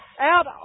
Out